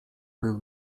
był